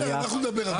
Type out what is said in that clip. בסדר, גמרנו לדבר על זה.